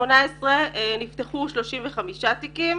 2018 נפתחו 35 תיקים,